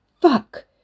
Fuck